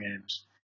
games